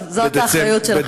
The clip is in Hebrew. טוב מאוד, זאת האחריות שלכם.